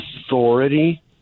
authority